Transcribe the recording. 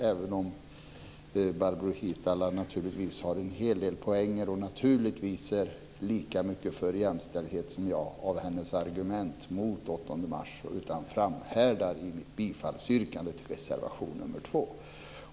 Även om Barbro Hietala Nordlund har en hel del poänger och naturligtvis är lika mycket för jämställdhet som jag har jag icke övertygats av hennes argument mot att göra den 8 mars till helgdag utan framhärdar i mitt yrkande av bifall till reservation nr 2.